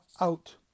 out